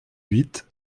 huit